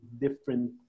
different